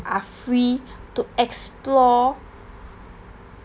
are free to explore